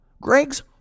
Greg's